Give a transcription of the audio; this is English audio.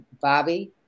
Bobby